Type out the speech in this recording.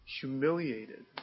humiliated